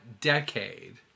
decade